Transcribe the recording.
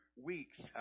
weeks